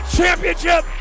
championship